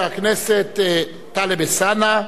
של חבר הכנסת טלב אלסאנע.